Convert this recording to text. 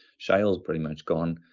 shell's pretty much gone.